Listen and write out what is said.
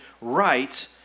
right